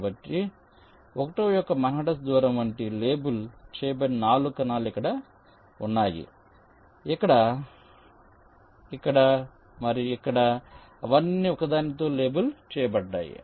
కాబట్టి 1 యొక్క మాన్హాటన్ దూరం వంటి లేబుల్ చేయబడిన 4 కణాలు ఇక్కడ ఉన్నాయి ఇక్కడ ఇక్కడ మరియు ఇక్కడ అవన్నీ ఒకదానితో లేబుల్ చేయబడ్డాయి